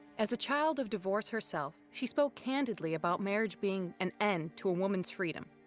as a child of divorce herself, she spoke candidly about marriage being an end to a woman's freedom.